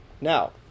Now